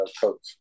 coach